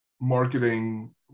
marketing